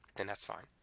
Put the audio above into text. then that's fine.